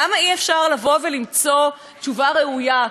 למה אי-אפשר למצוא תשובה ראויה,